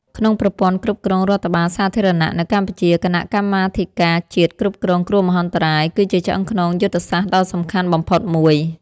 ក្នុងប្រព័ន្ធគ្រប់គ្រងរដ្ឋបាលសាធារណៈនៅកម្ពុជា គណៈកម្មាធិការជាតិគ្រប់គ្រងគ្រោះមហន្តរាយ គឺជាឆ្អឹងខ្នងយុទ្ធសាស្ត្រដ៏សំខាន់បំផុតមួយ។